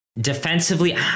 defensively